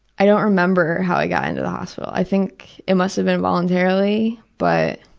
i don't remember how i got into the hospital. i think it must have been voluntarily, but